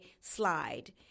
slide